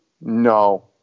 No